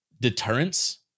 deterrence